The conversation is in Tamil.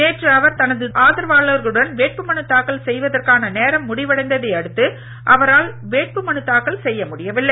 நேற்று அவர் தனது ஆதரவாளர்களுடன் வேட்பு மனுத்தாக்கல் செய்யவதற்கான நேரம் முடிவடைந்ததை அடுத்து அவரால் வேட்பு மனு தாக்கல் செய்ய முடியவில்லை